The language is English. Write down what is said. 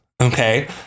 Okay